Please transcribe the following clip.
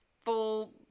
full